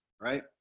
right